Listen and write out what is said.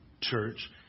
church